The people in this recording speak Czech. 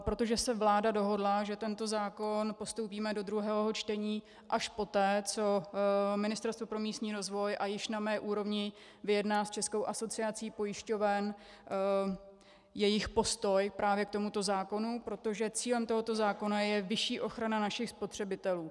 Protože se vláda dohodla, že tento zákon postoupíme do druhého čtení až poté, co Ministerstvo pro místní rozvoj a již na mé úrovni vyjedná s Českou asociací pojišťoven jejich postoj právě k tomuto zákonu, protože cílem tohoto zákona je vyšší ochrana našich spotřebitelů.